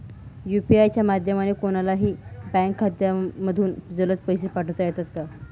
UPI च्या माध्यमाने कोणलाही बँक खात्यामधून जलद पैसे पाठवता येतात का?